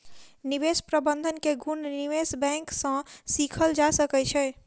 निवेश प्रबंधन के गुण निवेश बैंक सॅ सीखल जा सकै छै